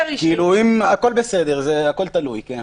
אם הכול בסדר זה הכול תלוי.